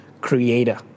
creator